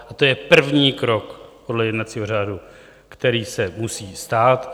A to je první krok podle jednacího řádu, který se musí stát.